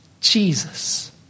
Jesus